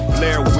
Blair